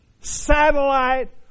satellite